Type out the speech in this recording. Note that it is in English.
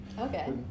Okay